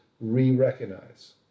re-recognize